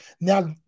Now